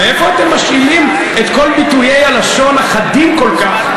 מאיפה אתם שואלים את כל ביטויי הלשון החדים כל כך?